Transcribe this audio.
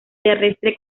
terrestre